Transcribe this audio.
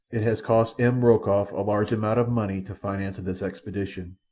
it has cost m. rokoff a large amount of money to finance this expedition,